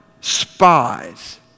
spies